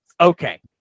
Okay